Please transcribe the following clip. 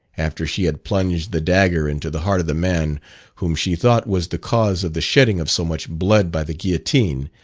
after she had plunged the dagger into the heart of the man whom she thought was the cause of the shedding of so much blood by the guillotine,